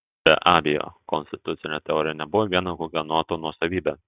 be abejo konstitucinė teorija nebuvo vien hugenotų nuosavybė